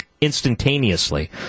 instantaneously